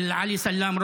של עלי סלאם,